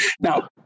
Now